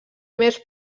més